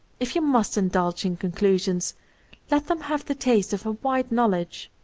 if you must indulge in conclu sions, let them have the taste of a wide knowledge.